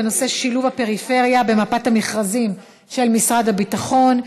בנושא: שילוב הפריפריה במפת המכרזים של משרד הביטחון,